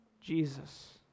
Jesus